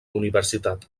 universitat